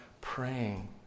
praying